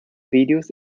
videos